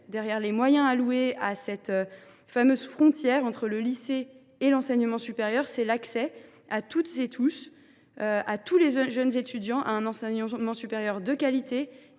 et les moyens alloués à cette fameuse frontière entre lycée et enseignement supérieur, c’est l’accès de tous les jeunes étudiants à un enseignement supérieur de qualité,